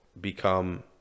become